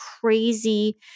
crazy